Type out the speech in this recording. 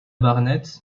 barnett